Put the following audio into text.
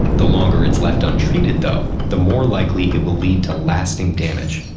the longer it's left untreated, though, the more likely it will lead to lasting damage.